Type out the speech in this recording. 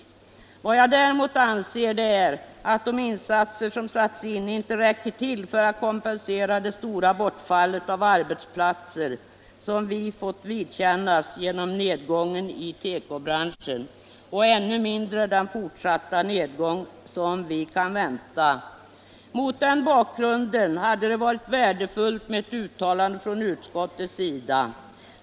Däremot anser jag att de insatser som satts in inte räcker till för att kompensera det stora bortfallet av arbetsplatser som vi fått vidkännas genom nedgången i tekobranschen och ännu mindre den fortsatta nedgång som vi kan vänta. Mot den bakgrunden hade det varit värdefullt med ett uttalande från utskottets sida.